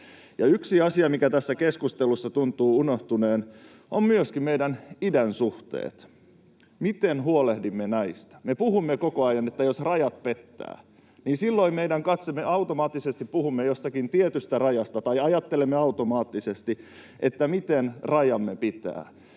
Yksi asia, mikä tässä keskustelussa tuntuu unohtuneen, on meidän idänsuhteet. Miten huolehdimme näistä? Me puhumme koko ajan siitä, että rajat pettävät, ja silloin puhumme jostakin tietystä rajasta tai ajattelemme automaattisesti sitä, miten meidän rajamme pitää.